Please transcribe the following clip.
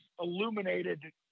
illuminated